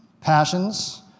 passions